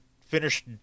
finish